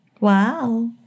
Wow